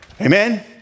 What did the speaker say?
Amen